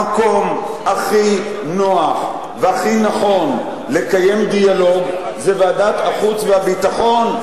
המקום הכי נוח והכי נכון לקיים דיאלוג זה ועדת החוץ והביטחון,